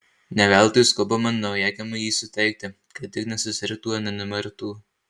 ne veltui skubama naujagimiui jį suteikti kad tik nesusirgtų ar nenumirtų